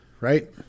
right